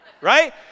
right